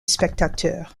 spectateur